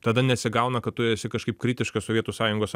tada nesigauna kad tu esi kažkaip kritiškas sovietų sąjungos